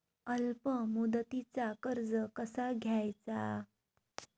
अल्प मुदतीचा कर्ज कसा घ्यायचा?